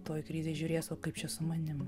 toj krizėj žiūrės o kaip čia su manim